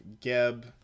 Geb